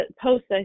posts